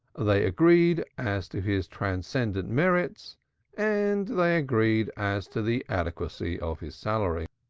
they agreed as to his transcendent merits and they agreed as to the adequacy of his salary.